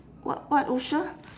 what what